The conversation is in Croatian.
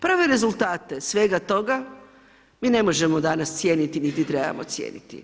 Prve rezultate svega toga mi ne možemo danas cijeniti niti trebamo cijeniti.